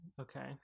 Okay